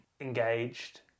engaged